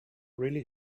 really